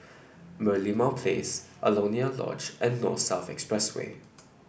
Merlimau Place Alaunia Lodge and North South Expressway